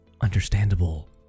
understandable